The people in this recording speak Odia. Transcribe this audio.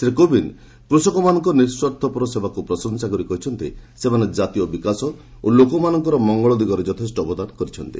ଶ୍ରୀ କୋବିନ୍ଦ କୃଷକମାନଙ୍କର ନିସ୍ୱାର୍ଥପର ସେବାକୁ ପ୍ରଶଂସା କରି କହିଛନ୍ତି ସେମାନେ ଜାତୀୟ ବିକାଶ ଓ ଲୋକମାନଙ୍କର ମଙ୍ଗଳ ଦିଗରେ ଯଥେଷ୍ଟ ଅବଦାନ କରିଛନ୍ତି